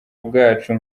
bwacu